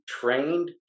trained